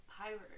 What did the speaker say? Pirate